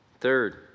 Third